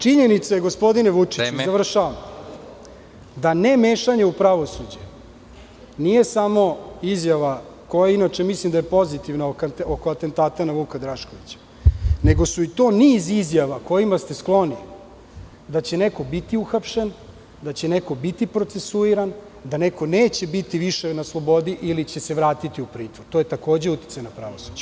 Činjenica je, gospodine Vučiću, da ne mešanje u pravosuđe, nije samo izjava koja inače mislim da je pozitivna oko atentata na Vuka Draškovića, nego su to i niz izjava kojima ste skloni, da će neko biti uhapšen, da će neko biti procesuiran, da neko neće biti više na slobodi ili će se vratiti u pritvor, to je takođe uticaj na pravosuđe.